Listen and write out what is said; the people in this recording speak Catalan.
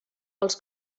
els